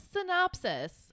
synopsis